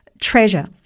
treasure